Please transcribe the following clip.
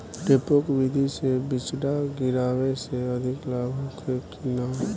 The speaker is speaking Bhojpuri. डेपोक विधि से बिचड़ा गिरावे से अधिक लाभ होखे की न?